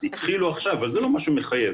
אז התחילו עכשיו אבל זה לא משהו מחייב.